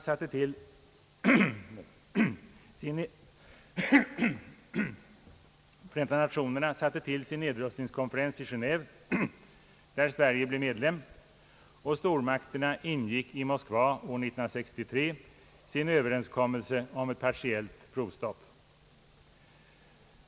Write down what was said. Förenta nationerna satte till sin nedrustningskonferens i Genéve, där Sverige blev medlem, och stormakterna ingick i Moskva år 1963 sin överenskommelse om ett partiellt provstopp.